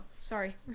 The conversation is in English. sorry